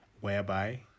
whereby